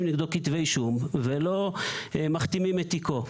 נגדו כתבי אישום ולא מכתימים את תיקו.